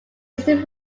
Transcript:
eastern